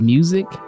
Music